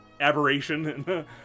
aberration